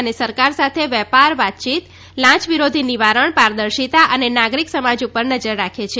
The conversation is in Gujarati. અને સરકાર સાથે વેપાર વાતયીત લાંચ વિરોધી નિવારણ પારદર્શિત અને નાગરિક સમાજ ઉપર નજર રાખે છે